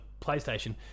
PlayStation